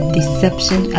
Deception